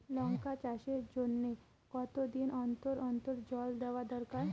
লঙ্কা চাষের জন্যে কতদিন অন্তর অন্তর জল দেওয়া দরকার?